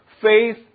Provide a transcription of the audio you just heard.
Faith